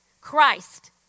Christ